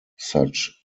such